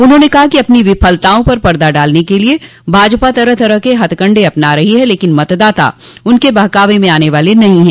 उन्होंने कहा कि अपनी विफलताओं पर पर्दा डालने के लिये भाजपा तरह तरह के हथकंडे अपना रही है लेकिन मतदाता उनके बहकावे में आने वाले नहीं है